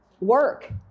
Work